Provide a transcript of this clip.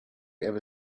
ever